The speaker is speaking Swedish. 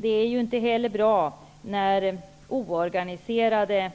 Det är ju inte heller bra när oorganiserade